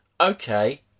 okay